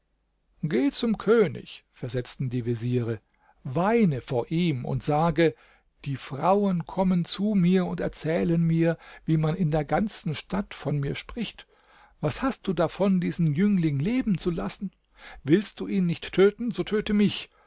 geh zum könig versetzten die veziere weine vor ihm und sage die frauen kommen zu mir und erzählen mir wie man in der ganzen stadt von mir spricht was hast du davon diesen jüngling leben zu lassen willst du ihn nicht töten so töte mich